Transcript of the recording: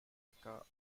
occur